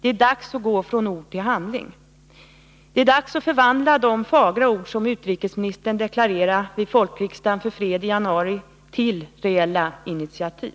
Det är dags att gå från ord till handling. Det är dags att förvandla de fagra ord som utrikesministern deklarerade vid Folkriksdagen för fred i januari till reella initiativ.